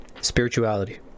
Spirituality